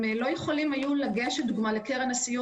הם לא יכלו לגשת לדוגמא לקרן הסיוע